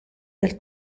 del